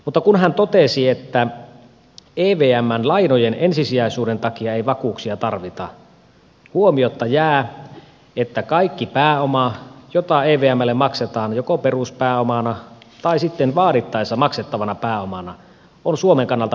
mutta kun hän totesi että evmn lainojen ensisijaisuuden takia ei vakuuksia tarvita huomiotta jää että kaikki pääoma jota evmlle maksetaan joko peruspääomana tai sitten vaadittaessa maksettavana pääomana on suomen kannalta menetettyä rahaa